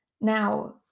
Now